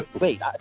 wait